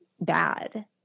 bad